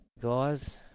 Guys